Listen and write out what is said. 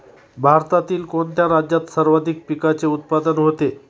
भारतातील कोणत्या राज्यात सर्वाधिक पिकाचे उत्पादन होते?